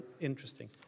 interesting